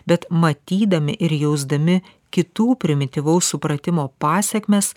bet matydami ir jausdami kitų primityvaus supratimo pasekmes